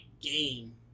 game